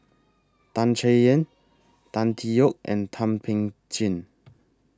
Tan Chay Yan Tan Tee Yoke and Thum Ping Tjin